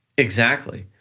exactly.